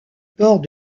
port